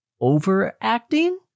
overacting